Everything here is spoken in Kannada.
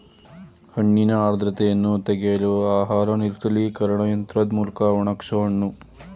ಹಣ್ಣಿನ ಆರ್ದ್ರತೆಯನ್ನು ತೆಗೆಯಲು ಆಹಾರ ನಿರ್ಜಲೀಕರಣ ಯಂತ್ರದ್ ಮೂಲ್ಕ ಒಣಗ್ಸೋಹಣ್ಣು